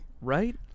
right